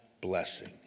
blessing